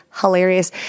hilarious